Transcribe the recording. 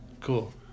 Cool